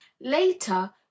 Later